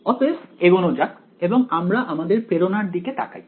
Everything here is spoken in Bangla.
অতএব এগোনো যাক এবং আমরা আমাদের প্রেরণার দিকে তাকাই